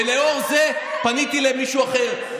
ולאור זה פניתי למישהו אחר.